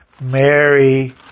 Mary